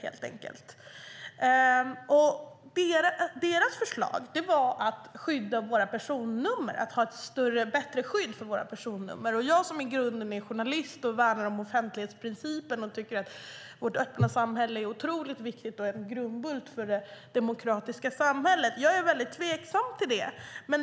Deras förslag var att vi borde skydda personnumren, att vi borde ha ett bättre skydd för våra personnummer. Jag som i grunden är journalist och värnar om offentlighetsprincipen och tycker att vårt öppna samhälle är oerhört viktigt att bevara och en grundbult för demokratin är mycket tveksam till det.